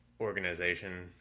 organization